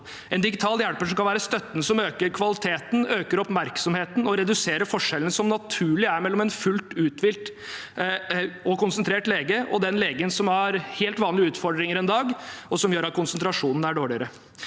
en digital hjelper som kan være støtten som øker kvaliteten, øker oppmerksomheten og reduserer forskjellene som naturlig er mellom en fullt uthvilt og konsentrert lege og den legen som har helt vanlige utfordringer en dag, som gjør at konsentrasjonen er dårligere.